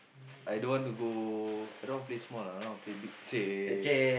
I don't want to go I don't want play small lah I wanna play big !chey!